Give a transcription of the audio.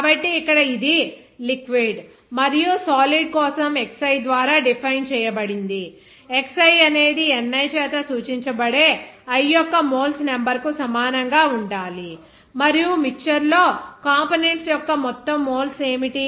కాబట్టి ఇక్కడ ఇది లిక్విడ్ మరియు సాలిడ్ కోసం xi ద్వారా డిఫైన్ చేయబడిందిxi అనేది ni చేత సూచించబడే i యొక్క మోల్స్ నెంబర్ కు సమానంగా ఉండాలి మరియు మిక్చర్ లో కంపోనెంట్స్ యొక్క మొత్తం మోల్స్ ఏమిటి